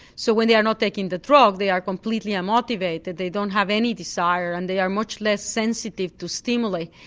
so when they are not taking the drug they are completely unmotivated, they don't have any desire and they are much less sensitive to stimuli.